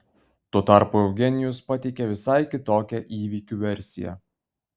tuo tarpu eugenijus pateikė visai kitokią įvykių versiją